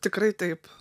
tikrai taip